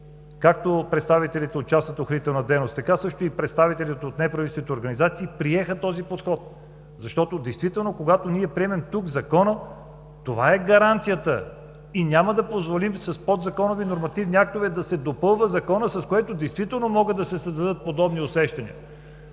както представителите на частната охранителна дейност, така също и представителите на неправителствените организации приеха този подход, защото действително, когато ние приемем тук закон, това е гаранцията. И няма да позволим с подзаконови нормативни актове да се допълва законът, с което действително могат да се създадат подобни усещания.